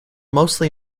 mostly